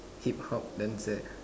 Hip-hop dancer